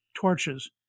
torches